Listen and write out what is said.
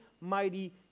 mighty